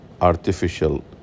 artificial